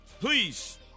please